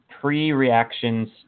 pre-reactions